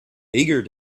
eager